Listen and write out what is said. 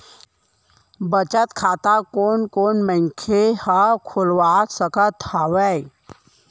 बचत खाता कोन कोन मनखे ह खोलवा सकत हवे?